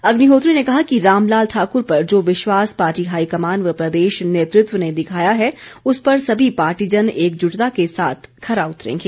अग्निहोत्री ने कहा कि रामलाल ठाकुर पर जो विश्वास पार्टी हाईकमान व प्रदेश नेतृत्व ने दिखाया है उस पर सभी पार्टीजन एकजुटता के साथ खरा उतरेंगे